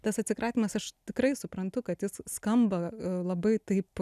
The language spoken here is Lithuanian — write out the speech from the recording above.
tas atsikratymas aš tikrai suprantu kad jis skamba labai taip